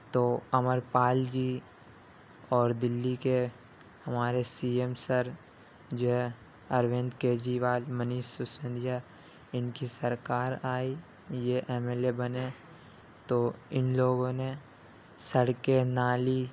تو امرپال جی اور دلّی کے ہمارے سی ایم سر جو ہے اروند کیجریوال منیش سیسودیا اِن کی سرکار آئی یہ ایم ایل اے بنے تو اِن لوگوں نے سڑکیں نالی